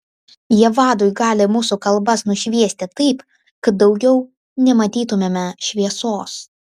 jie vadui gali mūsų kalbas nušviesti taip kad daugiau nematytumėme šviesos